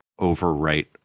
overwrite